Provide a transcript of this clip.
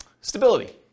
Stability